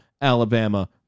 Alabama